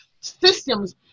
systems